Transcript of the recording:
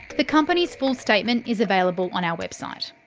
the company's full statement is available on our website.